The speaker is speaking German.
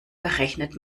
berechnet